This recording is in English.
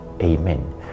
Amen